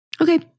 Okay